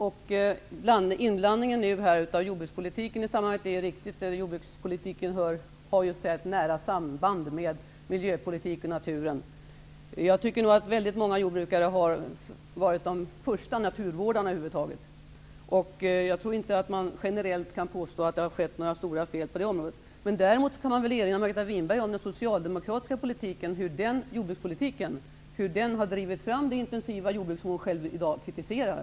Att blanda in jordbrukspolitiken i sammanhanget är i och för sig riktigt -- jordbrukspolitik har ju ett nära samband med miljöpolitik och natur. Enligt min uppfattning har många jordbrukare varit de första naturvårdarna. Jag tror inte att man generellt kan påstå att det har begåtts några stora fel på det området. Däremot vill jag erinra Margareta Winberg om att den socialdemokratiska jordbrukspolitiken har drivit fram det intensiva jordbruk som hon själv i dag kritiserar.